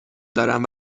دارم